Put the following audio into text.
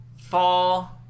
fall